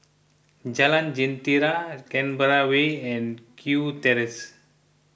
Jalan Jentera Canberra Way and Kew Terrace